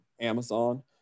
Amazon